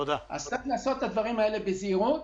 לכן צריך לעשות את הדברים האלה בזהירות,